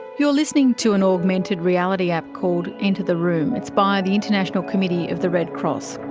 you're listening to an augmented reality app called enter the room. it's by the international committee of the red cross.